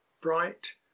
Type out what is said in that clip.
bright